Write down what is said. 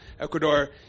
Ecuador